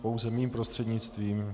Pouze mým prostřednictvím.